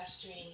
stream